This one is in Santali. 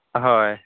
ᱦᱳᱭ